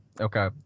Okay